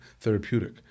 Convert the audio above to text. therapeutic